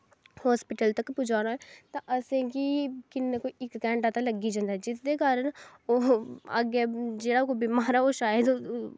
hospital तक पजाना ऐ ता इसेंगी किन्ना कोई इक्क घैंटा ते लग्गी जांदा जेह्ॅदे कारन ओह् अग्गैं कोई जेह्ड़ा बमार ऐ ओह्